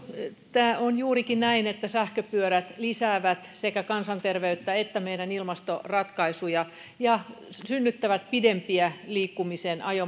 tämä on juurikin näin että sähköpyörät lisäävät sekä kansanterveyttä että meidän ilmastoratkaisujamme ja synnyttävät pidempiä liikkumisen